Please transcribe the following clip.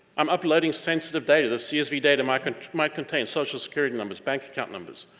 i'm uploading sensitive data. the csv data might and might contain social security numbers, bank account numbers.